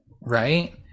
right